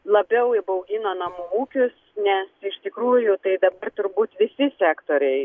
labiau įbaugino namų ūkius nes iš tikrųjų tai dabar turbūt visi sektoriai